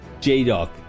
J-Doc